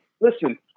listen